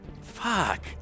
fuck